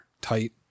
tight